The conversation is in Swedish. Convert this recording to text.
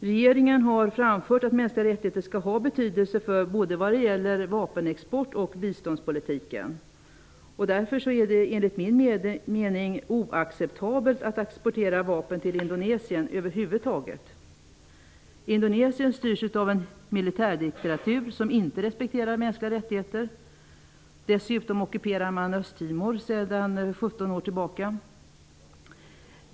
Regeringen har framfört att mänskliga rättigheter skall ha betydelse vad gäller både vapenexport och biståndspolitik. Därför är det enligt min mening oacceptabelt att över huvud taget exportera vapen till Indonesien. Indonesien styrs av en militärdiktatur som inte respekterar mänskliga rättigheter. Dessutom ockuperar man Östtimor sedan 17 år tillbaka.